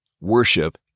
Worship